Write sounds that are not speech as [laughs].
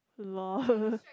lol [laughs]